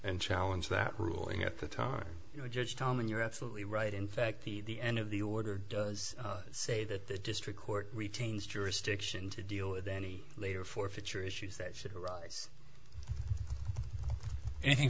and challenge that ruling at the time you know judge common you're absolutely right in fact the end of the order does say that the district court retains jurisdiction to deal with any later forfeiture issues that should arise any